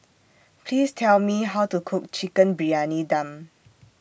Please Tell Me How to Cook Chicken Briyani Dum